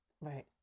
right